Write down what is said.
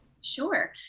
Sure